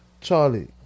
Charlie